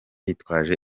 yitwaje